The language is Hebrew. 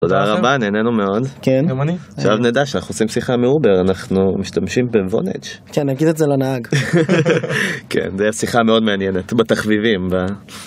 תודה רבה, נהנינו מאוד. כן. גם אני. עכשיו נדע שאנחנו עושים שיחה מאובר אנחנו משתמשים בוונאג'. כן, נגיד את זה לנהג. כן, זה יהיה שיחה מאוד מעניינת, בתחביבים, ב...